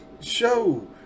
show